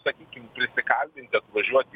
sakykim prisikalbinti atvažiuot